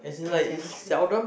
and chemistry